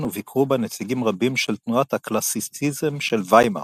וביקרו בה נציגים רבים של תנועת הקלאסיציזם של ויימאר,